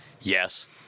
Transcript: Yes